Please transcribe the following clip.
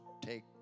take